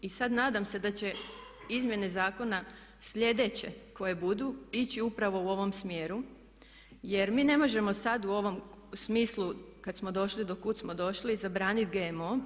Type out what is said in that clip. I sad nadam se da će izmjene zakona sljedeće koje budu ići upravo u ovom smjeru jer mi ne možemo sad u ovom smislu kad smo došli do kud smo došli zabraniti GMO.